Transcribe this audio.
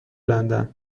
لندن